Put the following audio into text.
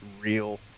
real